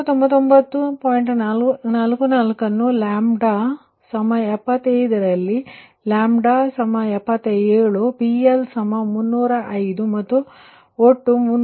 44 ನ್ನು λ75 ನಲ್ಲಿ77 PL 305 ಮತ್ತು ಒಟ್ಟು 310